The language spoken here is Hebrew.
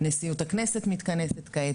נשיאות הכנסת מתכנסת כעת,